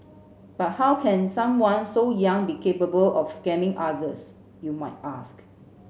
but how can someone so young be capable of scamming others you might ask